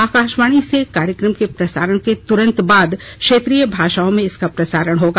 आकाशवाणी से कार्यक्रम के प्रसारण के तुरंत बाद क्षेत्रीय भाषाओं में इसका प्रसारण होगा